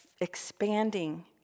expanding